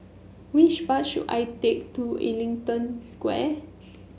which bus should I take to Ellington Square